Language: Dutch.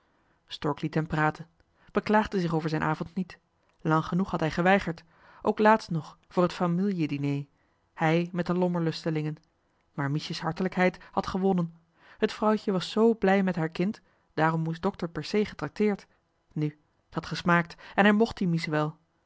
praten beklaagde zich over zijn avond toch niet lang genoeg had hij geweigerd ook laatst nog voor het famieljediner hij met de lommerlustelingen maar miesjes hartelijkheid had gewonnen t vrouwtje was z blij met haar kind daarom moest dokter per se getrakteerd nu t had gesmaakt en hij mocht die mies